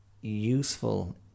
useful